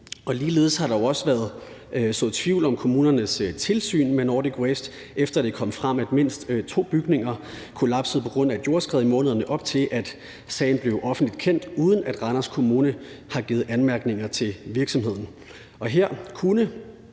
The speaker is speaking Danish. Ligeledes har der jo også været sået tvivl om kommunernes tilsyn med Nordic Waste, efter det kom frem, at mindst to bygninger kollapsede på grund af et jordskred, i månederne op til at sagen blev offentligt kendt, uden at Randers Kommune har givet anmærkninger til virksomheden.